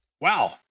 Wow